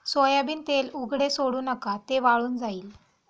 soybean तेल उघडे सोडू नका, ते वाळून जाईल